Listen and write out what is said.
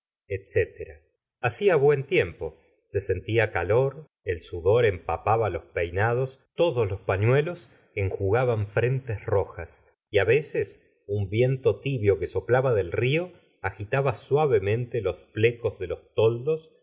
etc o hacia buen tiempo se sentia calor el sudor empapaba los peinados todos los pañuelos enjugaban frentes rojas y á veces un viento tibio que soplaba del río agitaba suavemente los flecos de los toldos